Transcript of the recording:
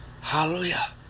Hallelujah